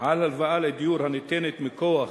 על ההלוואה לדיור הניתנת מכוח